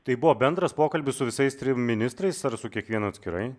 tai buvo bendras pokalbis su visais trim ministrais ar su kiekvienu atskirai